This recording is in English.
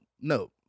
no